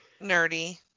nerdy